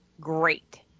great